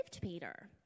Peter